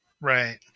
Right